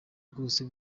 bwose